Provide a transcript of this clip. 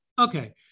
Okay